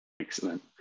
Excellent